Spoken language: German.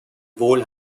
wohl